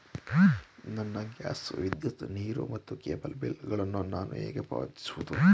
ನನ್ನ ಗ್ಯಾಸ್, ವಿದ್ಯುತ್, ನೀರು ಮತ್ತು ಕೇಬಲ್ ಬಿಲ್ ಗಳನ್ನು ನಾನು ಹೇಗೆ ಪಾವತಿಸುವುದು?